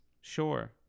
Sure